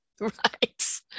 Right